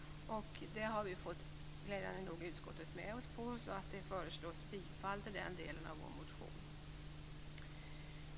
Glädjande nog har vi fått med oss utskottet på den punkten. I den delen av vår motion har man alltså tillstyrkt vad vi föreslagit.